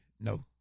no